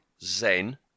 Zen